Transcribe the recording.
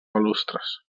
balustres